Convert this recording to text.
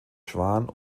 schwan